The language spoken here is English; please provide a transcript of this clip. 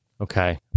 Okay